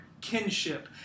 Kinship